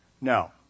No